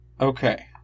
Okay